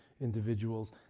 individuals